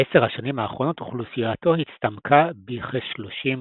בעשר השנים האחרונות אוכלוסייתו הצטמקה בכ-30%.